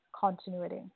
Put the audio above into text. continuity